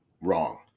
wrong